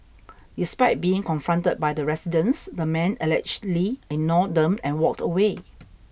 despite being confronted by the residents the man allegedly ignored them and walked away